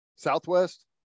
Southwest